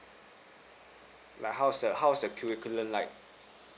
like how's the how's the curricular like